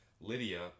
Lydia